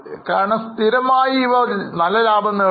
കാരണം സ്ഥിരമായി ഇവർ നല്ല ലാഭം നേടുന്നു